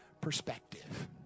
perspective